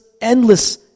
endless